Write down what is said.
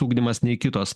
ugdymas nei kitos